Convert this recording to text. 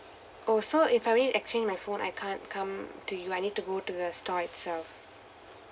oh so if I need to exchange my phone I can't come to you I need to go to the store itself